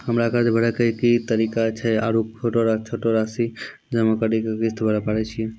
हमरा कर्ज भरे के की तरीका छै आरू छोटो छोटो रासि जमा करि के किस्त भरे पारे छियै?